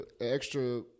extra